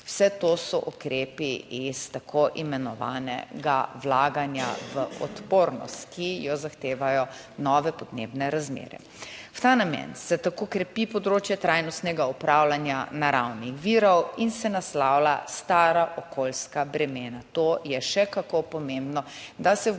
Vse to so ukrepi iz tako imenovanega vlaganja v odpornost, ki jo zahtevajo nove podnebne razmere. V ta namen se tako krepi področje trajnostnega upravljanja naravnih virov in se naslavlja stara okoljska bremena. To je še kako pomembno, da se v